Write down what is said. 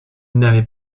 n’avait